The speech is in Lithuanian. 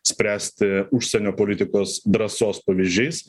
spręsti užsienio politikos drąsos pavyzdžiais